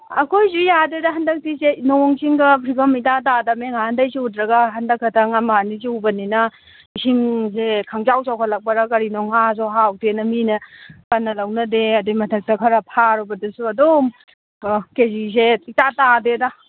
ꯑꯩꯈꯣꯏꯁꯨ ꯌꯥꯗ꯭ꯔꯦꯗ ꯍꯟꯗꯛꯇꯤ ꯏꯆꯦ ꯅꯣꯡ ꯆꯤꯡꯒ ꯐꯤꯕꯝ ꯏꯇꯥ ꯇꯥꯗꯕꯅꯦ ꯅꯍꯥꯟꯗꯒꯤ ꯆꯨꯗ꯭ꯔꯥꯒ ꯍꯟꯗꯛ ꯈꯤꯇꯪ ꯑꯃ ꯑꯅꯤ ꯆꯨꯕꯅꯤꯅ ꯏꯁꯤꯡꯁꯦ ꯈꯪꯆꯥꯎ ꯆꯥꯎꯈꯠꯂꯛꯄꯔꯥ ꯀꯔꯤꯅꯣ ꯉꯥꯁꯨ ꯍꯥꯎꯇꯦꯅ ꯃꯤꯅ ꯐꯅ ꯂꯧꯅꯗꯦ ꯑꯗꯨꯒꯤ ꯃꯊꯛꯇ ꯈꯔ ꯐꯥꯔꯨꯕꯗꯨꯁꯨ ꯑꯗꯨꯝ ꯀꯦꯖꯤꯁꯦ ꯏꯇꯥ ꯇꯥꯗꯦꯗ